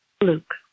Luke